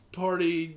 party